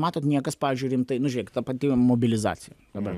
matot niekas pavyzdžiui rimtai nu žiūrėkit ta pati mobilizacija dabar